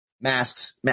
masks